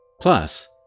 Plus